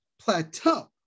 plateau